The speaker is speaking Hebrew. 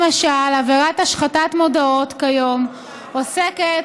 למשל, עבירת השחתת מודעות כיום עוסקת